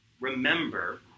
remember